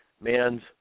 Man's